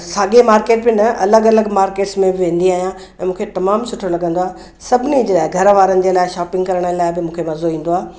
साॻे मार्केट में न अलॻि अलॻि मार्केट्स में बि वेंदी आहियां ऐं मूंखे तमामु सुठो लॻंदो आहे सभिनी जे लाइ घर वारनि जे लाइ शॉपिंग करण लाइ बि मुखे मज़ो ईंदो आहे